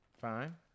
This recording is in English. Fine